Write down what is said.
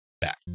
back